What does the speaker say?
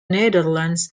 netherlands